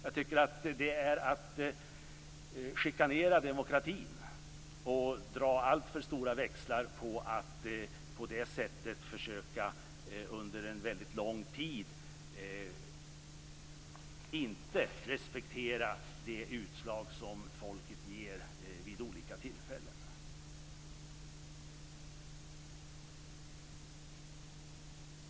Jag tycker att det är att chikanera demokratin, att dra alltför stora växlar och på det sättet försöka att under en väldigt lång tid inte respektera det utslag som folket ger vid olika tillfällen.